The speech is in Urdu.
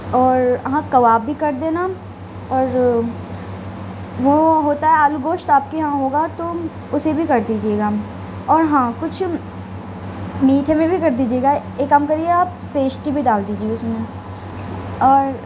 اور ہاں کباب بھی کر دینا اور وہ ہوتا ہے آلو گوشت آپ کے یہاں ہوگا تو اسے بھی کر دیجیے گا اور ہاں کچھ میٹھے میں بھی کر دیجیے گا ایک کام کریے گا آپ پیشٹی بھی ڈال دیجیے اس میں اور